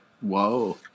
Whoa